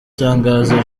tangazo